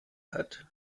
hat